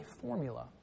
formula